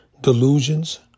delusions